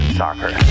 soccer